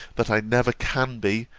that i never can be,